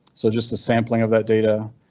so just a sampling of that data.